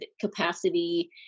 capacity